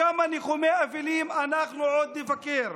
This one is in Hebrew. בכמה ניחומי אבלים אנחנו עוד נבקר,